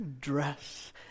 dress